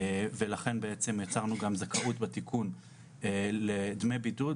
ולכן בעצם יצרנו גם זכאות בתיקון לדמי בידוד,